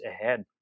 ahead